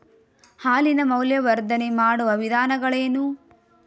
ಹಾಲಿನ ಮೌಲ್ಯವರ್ಧನೆ ಮಾಡುವ ವಿಧಾನಗಳೇನು?